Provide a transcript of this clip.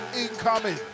Incoming